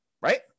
right